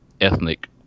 ethnic